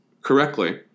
correctly